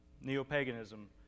Neo-paganism